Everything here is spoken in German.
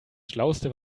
schlauste